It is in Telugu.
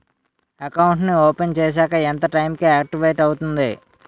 అకౌంట్ నీ ఓపెన్ చేశాక ఎంత టైం కి ఆక్టివేట్ అవుతుంది?